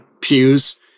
pews